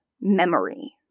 memory